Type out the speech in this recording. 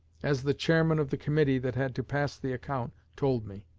as the chairman of the committee that had to pass the account told me.